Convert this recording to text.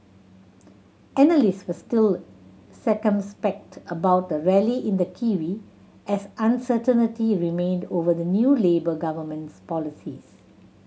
analysts were still circumspect about the rally in the kiwi as uncertainty remained over the new Labour government's policies